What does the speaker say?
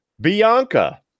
Bianca